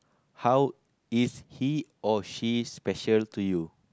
how is he or she special to you